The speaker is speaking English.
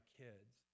kids